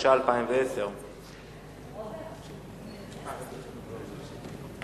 התש"ע 2010. חוק הכנסת (תיקון מס' 28),